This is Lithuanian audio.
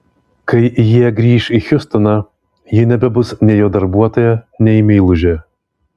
kai jie grįš į hjustoną ji nebebus nei jo darbuotoja nei meilužė